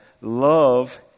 Love